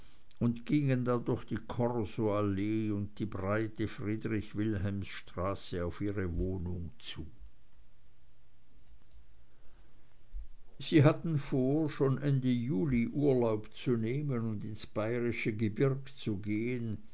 und gingen dann durch die korso allee und die breite friedrich-wilhelm-straße auf ihre wohnung zu sie hatten vor schon ende juli urlaub zu nehmen und ins bayerische gebirge zu gehen